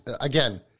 again